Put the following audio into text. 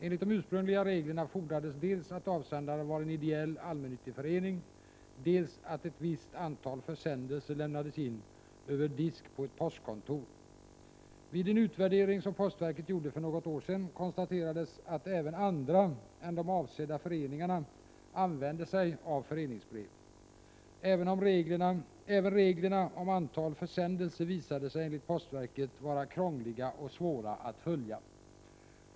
Enligt de ursprungliga reglerna fordrades dels att avsändaren var en ideell, allmännyttig förening, dels att ett visst antal försändelser lämnades in över disk på ett postkontor. Vid en utvärdering som postverket gjorde för något år sedan konstaterades att även andra än de avsedda föreningarna använde sig av föreningsbrev. Även reglerna om antal försändelser visade sig, enligt postverket, vara krångliga och svåra att följa.